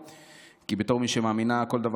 כי בתור מי שמאמינה, כל דבר קורה מסיבה.